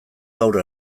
gaur